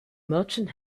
merchant